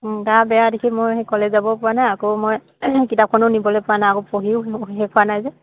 গা বেয়া দেখি মই সেই কলেজ যাব পৰা নাই আকৌ মই কিতাপখনো নিবলৈ পোৱা নাই আকৌ পঢ়িও শেষ হোৱা নাই যে